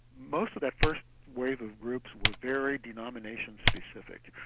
most of that first wave of groups were very denomination specific,